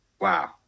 wow